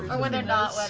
ah when they're not wet